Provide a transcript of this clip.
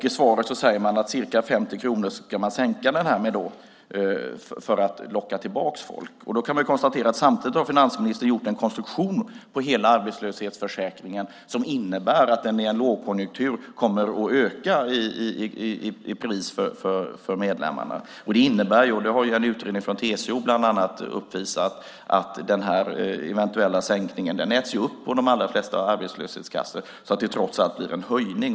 I svaret säger han att man ska sänka avgiften med ca 50 kronor för att locka tillbaka människor. Samtidigt har finansministern gjort en konstruktion av hela arbetslöshetsförsäkringen som innebär att den i en lågkonjunktur kommer att öka i pris för medlemmarna. Bland annat har en utredning från TCO uppvisat att den eventuella sänkningen äts upp av de allra flesta arbetslöshetskassor så att det trots allt blir en höjning.